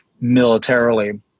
militarily